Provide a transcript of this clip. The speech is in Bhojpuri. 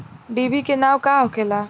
डिभी के नाव का होखेला?